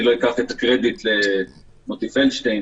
אני לא אקח את הקרדיט ממוטי פלדשטיין,